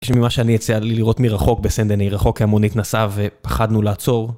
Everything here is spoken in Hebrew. יש לי ממה שאני יצא לי לראות מרחוק בסנדני, רחוק כמונית נסעה ופחדנו לעצור.